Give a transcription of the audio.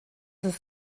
his